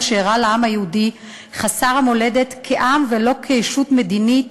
שאירע לעם היהודי חסר המולדת כעם ולא כישות מדינית